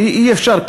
אי-אפשר,